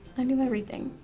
i knew everything.